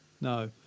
No